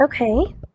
Okay